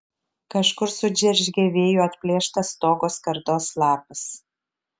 kažkur sudžeržgė vėjo atplėštas stogo skardos lapas